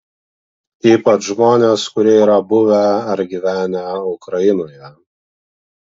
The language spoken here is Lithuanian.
ypač žmonės kurie yra buvę ar gyvenę ukrainoje